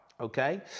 okay